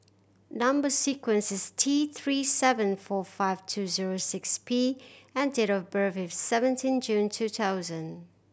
number sequence is T Three seven four five two zero six P and date of birth is seventeen June two thousand